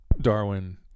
Darwin